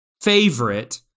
favorite